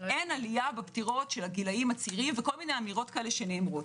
אין עלייה בפטירות של הגילאים הצעירים וכל מיני אמירות שנאמרות.